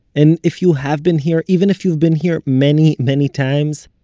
and if you have been here, even if you've been here many many times,